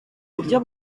buryo